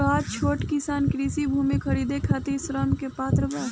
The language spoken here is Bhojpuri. का छोट किसान कृषि भूमि खरीदे के खातिर ऋण के पात्र बा?